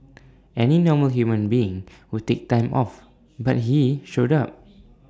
any normal human being would take time off but he showed up